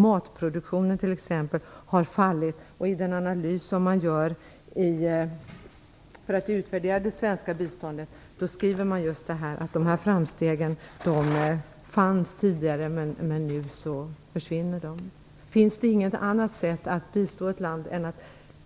Matproduktionen t.ex. har fallit. I den analys som görs för att utvärdera det svenska biståndet skriver man just att de här framstegen fanns tidigare men att de nu försvinner. Finns det inget annat sätt att bistå än